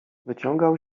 wyciągał